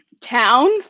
town